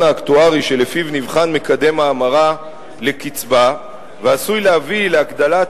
האקטוארי שלפיו נבחן מקדם ההמרה לקצבה ועשוי להביא להגדלת,